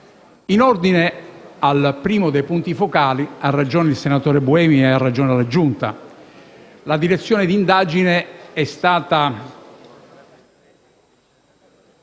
In ordine al primo dei punti focali, hanno ragione il senatore Buemi e la Giunta: la direzione d'indagine è stata